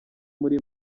muri